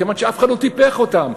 כיוון שאף אחד לא טיפח אותם.